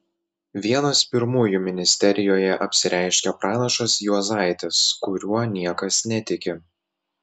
vienas pirmųjų ministerijoje apsireiškia pranašas juozaitis kuriuo niekas netiki